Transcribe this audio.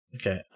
Okay